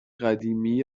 قدیمی